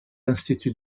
institut